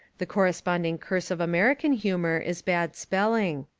the corres ponding curse of american humour is bad spell ing.